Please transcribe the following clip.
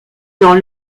dans